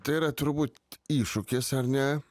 tai yra turbūt iššūkis ar ne